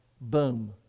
boom